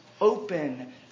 Open